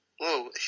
Whoa